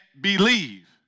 believe